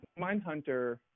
Mindhunter